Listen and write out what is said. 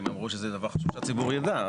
הם אמרו שזה דבר חשוב שהציבור יידע,